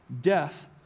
Death